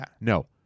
No